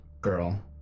girl